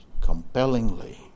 compellingly